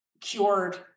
cured